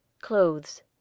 Clothes